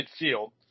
midfield